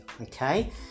okay